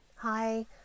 Hi